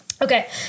Okay